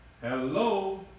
Hello